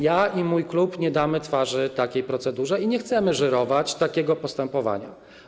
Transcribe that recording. Ja i mój klub nie damy twarzy takiej procedurze i nie chcemy żyrować takiego postępowania.